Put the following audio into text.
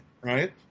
right